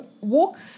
walk